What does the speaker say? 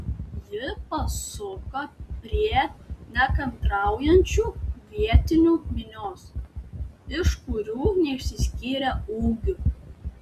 ji pasuko prie nekantraujančių vietinių minios iš kurių neišsiskyrė ūgiu